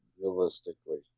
Realistically